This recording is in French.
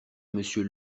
monsieur